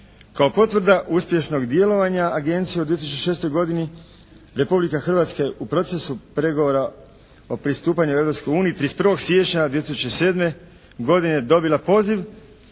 Kao potvrda uspješnog djelovanja agencije u 2006. godini Republika Hrvatska je u procesu pregovora o pristupanju Europskoj uniji 31. siječnja 2007. godine dobila poziv